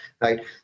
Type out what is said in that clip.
right